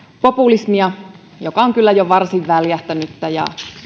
populismia joka on kyllä jo varsin väljähtänyttä ja